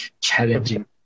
challenging